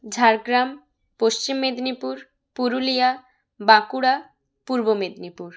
Jhargram Paschim Medinipur Purulia Bankura Purba Medinipur